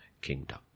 kingdom